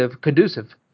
conducive